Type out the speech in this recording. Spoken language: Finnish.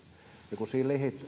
ja kun siihen